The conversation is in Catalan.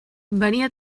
venia